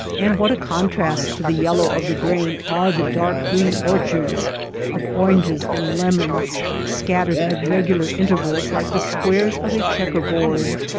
and what a con trast to the yellow of the grain are the dark green orchards of oranges and lemons scat tered at regular intervals like the squares of a checker-board!